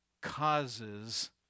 causes